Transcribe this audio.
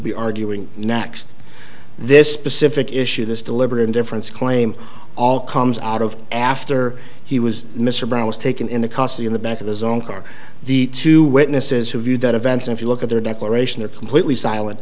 be arguing next this specific issue this deliberate indifference claim all comes out of after he was mr brown was taken into custody in the back of his own car the two witnesses who view that events if you look at their declaration are completely silent